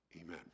Amen